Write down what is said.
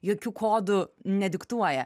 jokių kodų nediktuoja